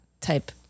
type